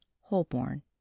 Holborn